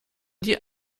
die